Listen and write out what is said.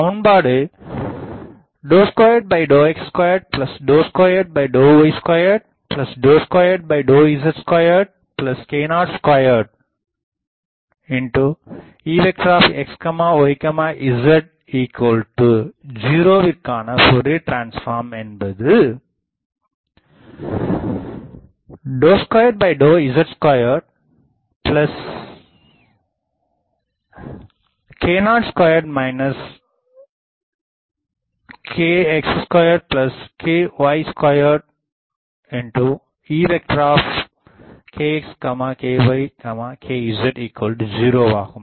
சமன்பாடு Ə2Əx2Ə2Əy2Ə2Əz2k02Exyz0ற்க்கான Fourier transform என்பது Ə2Əz2k02 kx2ky2Ekxkykz0 ஆகும்